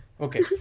Okay